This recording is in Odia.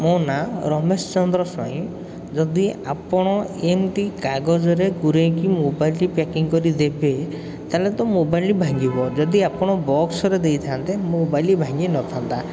ମୋ ନାଁ ରମେଶଚନ୍ଦ୍ର ସ୍ୱାଇଁ ଯଦି ଆପଣ ଏମିତି କାଗଜରେ ଗୁରେଇକି ମୋବାଇଲଟି ପ୍ୟାକିଙ୍ଗ କରିଦେବେ ତାହେଲେ ତ ମୋବାଇଲ୍ଟି ଭାଙ୍ଗିବ ଯଦି ଆପଣ ବକ୍ସରେ ଦେଇଥାନ୍ତେ ମୋବାଇଲ ଭାଙ୍ଗିନଥାନ୍ତା